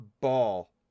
ball